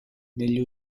negli